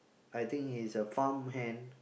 I think he's a farmhand